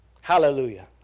Hallelujah